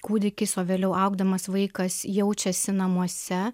kūdikis o vėliau augdamas vaikas jaučiasi namuose